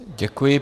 Děkuji.